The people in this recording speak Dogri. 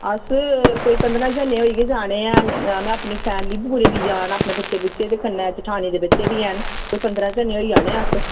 अस कोई पंदरां जनें होई गै जाने न में अपनी पूरी फैमिली बी लेइयै आना अपने बच्चे बी ते कन्नै जेठानी दे बच्चे बी हैन कोई पंदरां जनें होई जाने अस